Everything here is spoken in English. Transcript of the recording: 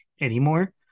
anymore